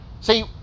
see